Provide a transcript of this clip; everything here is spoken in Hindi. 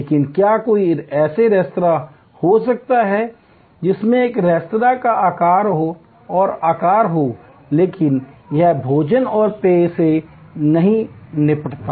लेकिन क्या कोई ऐसा रेस्तरां हो सकता है जिसमें एक रेस्तरां का आकार और आकार हो लेकिन यह भोजन और पेय से नहीं निपटता